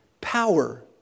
Power